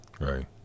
right